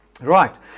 Right